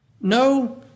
no